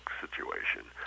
situation